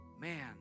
Man